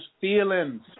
feelings